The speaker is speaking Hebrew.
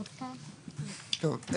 טוב.